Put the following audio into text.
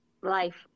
life